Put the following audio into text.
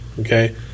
okay